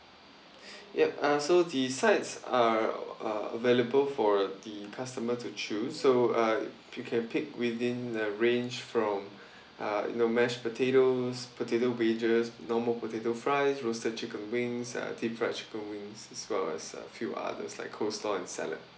yup uh so the sides are are available for the customer to choose so uh you can pick within a range from uh you know mashed potatoes potato wedges normal potato fries roasted chicken wings uh deep fried chicken wings as well as a few others like coleslaw and salad